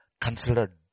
Considered